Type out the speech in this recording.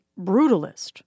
Brutalist